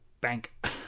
bank